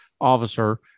officer